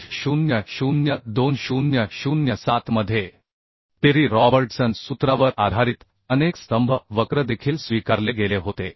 800 2007 मध्ये Perry Robertson सूत्रावर आधारित अनेक स्तंभ वक्र देखील स्वीकारले गेले होते